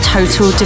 Total